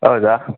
ಹೌದಾ